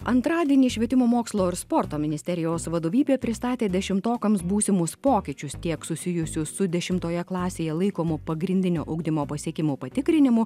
antradienį švietimo mokslo ir sporto ministerijos vadovybė pristatė dešimtokams būsimus pokyčius tiek susijusius su dešimtoje klasėje laikomu pagrindinio ugdymo pasiekimų patikrinimų